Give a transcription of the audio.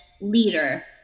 leader